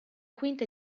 quinta